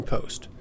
Post